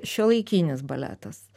šiuolaikinis baletas